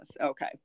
okay